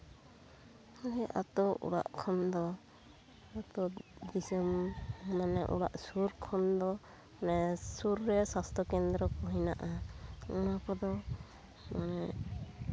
ᱦᱮᱸ ᱟᱛᱳ ᱚᱲᱟᱜ ᱠᱷᱚᱱ ᱫᱚ ᱟᱛᱳ ᱫᱤᱥᱚᱢ ᱢᱟᱱᱮ ᱚᱲᱟᱜ ᱥᱩᱨ ᱠᱷᱚᱱ ᱫᱚ ᱢᱟᱱᱮ ᱥᱩᱨ ᱨᱮ ᱥᱟᱥᱛᱷᱚ ᱠᱮᱱᱫᱨᱚ ᱦᱮᱱᱟᱜᱼᱟ ᱚᱱᱟ ᱠᱚᱫᱚ ᱢᱟᱱᱮ